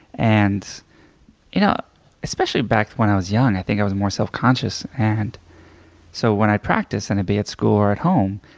and you know especially back when i was young, i think i was more self conscious. and so when i practice, whether and it be at school or at home,